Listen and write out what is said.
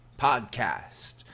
Podcast